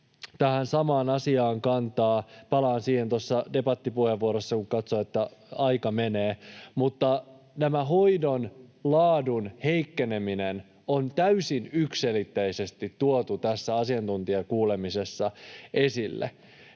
tähän samaan asiaan kantaa. — Palaan siihen tuossa debattipuheenvuorossa, kun katson, että aika menee. — Mutta tämä hoidon laadun heikkeneminen on täysin yksiselitteisesti tuotu tässä asiantuntijakuulemisessa esille.